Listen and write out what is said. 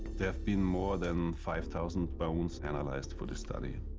there have been more than five thousand bones analyzed for the study.